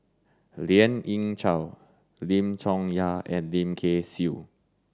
Lien Ying Chow Lim Chong Yah and Lim Kay Siu